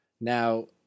Now